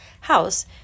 house